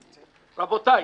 רבותיי,